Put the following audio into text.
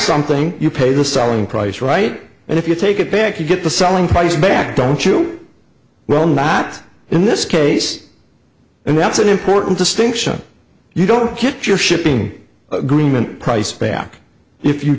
something you pay the selling price right and if you take it back you get the selling price back don't you well not in this case and that's an important distinction you don't get your shipping agreement price back if you